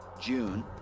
June